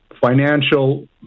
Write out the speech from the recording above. financial